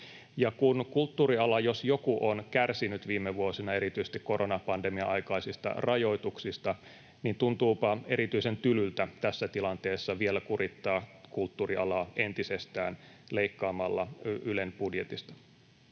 kun kulttuuriala, jos joku, on kärsinyt viime vuosina erityisesti koronapandemian aikaisista rajoituksista, niin tuntuupa erityisen tylyltä tässä tilanteessa vielä kurittaa kulttuurialaa entisestään leikkaamalla Ylen budjetista.